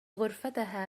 غرفتها